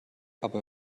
aber